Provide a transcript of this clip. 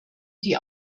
die